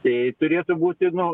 tai turėtų būti nu